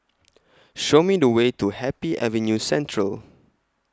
Show Me The Way to Happy Avenue Central